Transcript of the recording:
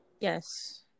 Yes